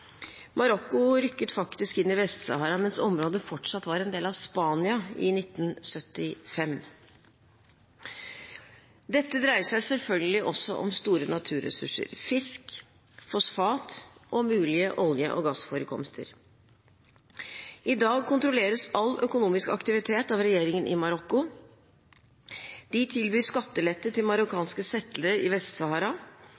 Marokko rykket faktisk inn i Vest-Sahara mens området fortsatt var en del av Spania, i 1975. Dette dreier seg selvfølgelig også om store naturressurser – fisk, fosfat og mulige olje- og gassforekomster. I dag kontrolleres all økonomisk aktivitet av regjeringen i Marokko. De tilbyr skattelette til